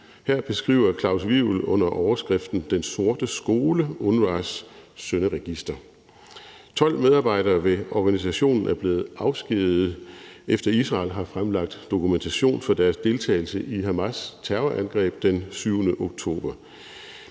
Her beskriver Klaus Wivel under overskriften »Den sorte skole« UNRWA's synderegister. 12 medarbejdere ved organisationen er blevet afskediget, efter at Israel har fremlagt dokumentation for deres deltagelse i Hamas' terrorangreb den 7. oktober.